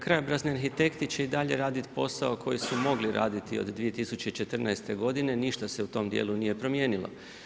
Krajobrazni arhitekti će i dalje raditi posao koji su mogli raditi od 2014. godine, ništa se u tom dijelu nije promijenilo.